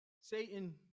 Satan